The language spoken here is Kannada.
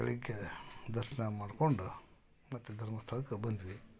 ಬೆಳಗ್ಗೆ ದರ್ಶನ ಮಾಡಿಕೊಂಡು ಮತ್ತೆ ಧರ್ಮಸ್ಥಳಕ್ಕೆ ಬಂದ್ವಿ